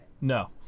No